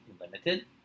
limited